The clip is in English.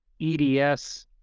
EDS